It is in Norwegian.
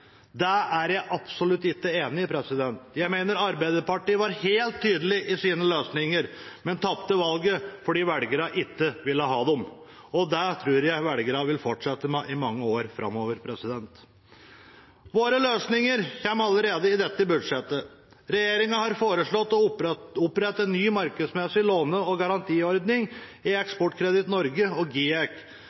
Det er jeg absolutt ikke enig i. Jeg mener Arbeiderpartiet var helt tydelig i sine løsninger, men tapte valget fordi velgerne ikke ville ha dem. Det tror jeg velgerne vil fortsette med i mange år framover. Våre løsninger kommer allerede i dette budsjettet. Regjeringen har foreslått å opprette en ny markedsmessig låne- og garantiordning i Eksportkreditt Norge og GIEK